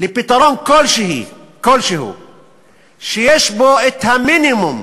לפתרון כלשהו שיש בו המינימום